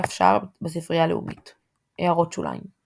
דף שער בספרייה הלאומית == הערות שוליים ==